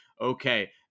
okay